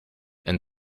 and